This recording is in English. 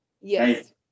Yes